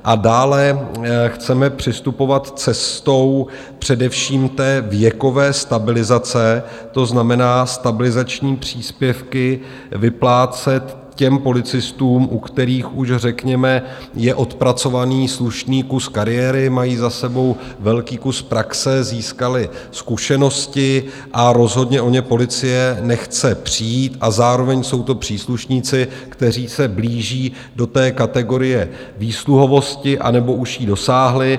A dále chceme přistupovat cestou především věkové stabilizace, to znamená, stabilizační příspěvky vyplácet policistům, u kterých už řekněme je odpracovaný slušný kus kariéry, mají za sebou velký kus praxe, získali zkušenosti, rozhodně o ně policie nechce přijít a zároveň jsou to příslušníci, kteří se blíží do kategorie výsluhovosti, anebo už jí dosáhli.